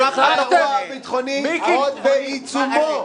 אירוע ביטחוני עוד בעיצומו.